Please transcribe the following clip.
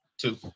Two